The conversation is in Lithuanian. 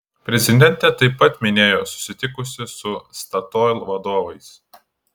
prezidentė taip pat minėjo susitikusi su statoil vadovais